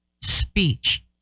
speech